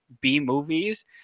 B-movies